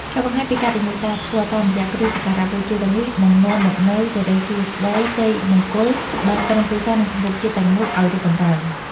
ការបង្ហាញពីកតញ្ញូតាធម៌តាមរយៈគ្រឿងសក្ការបូជាទាំងនេះនឹងនាំមកនូវសិរីសួស្តីជ័យមង្គលដល់ក្រុមគ្រួសារ និងសង្គមជាតិទាំងមូលឱ្យរីកចម្រើន។